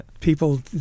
People